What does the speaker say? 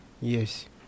Yes